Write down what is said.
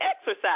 exercise